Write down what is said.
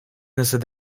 nasıl